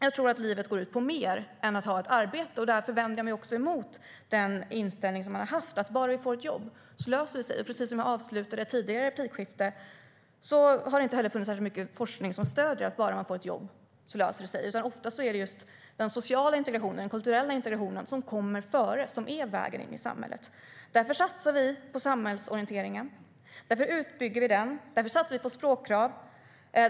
Jag tror att livet går ut på mer än att ha ett arbete. Därför vänder jag mig emot den inställning som funnits, att bara man får ett jobb så löser det sig. Som jag avslutade ett tidigare replikskifte med har det inte heller funnits särskilt mycket forskning som stött antagandet att bara man får ett jobb så löser det sig. Ofta är det just den sociala och den kulturella integrationen som kommer före, som är vägen in i samhället. Därför satsar vi på samhällsorienteringen. Därför bygger vi ut den. Därför satsar vi på språkkrav.